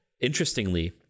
interestingly